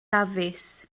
dafis